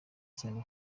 cyane